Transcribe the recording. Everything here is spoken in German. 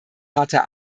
harter